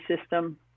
system